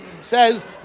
says